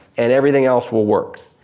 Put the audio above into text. and everything else will work.